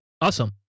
Awesome